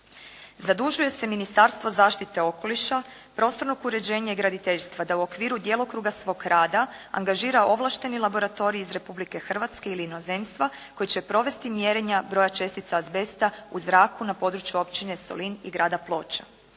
1.Zadužuje se Ministarstvo zaštite okoliša, prostornog uređenja i graditeljstva da u okviru svog djelokruga svoga rada angažira ovlašteni laboratorij iz Republike Hrvatske ili inozemstva koji će provesti mjerenja broja čestica azbesta u zraku na području općine Solin i grada Ploča.